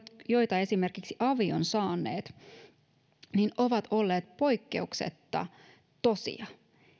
joita esimerkiksi avit ovat saaneet ovat olleet poikkeuksetta tosia